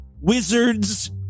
wizards